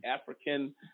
African